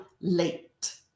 late